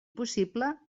possible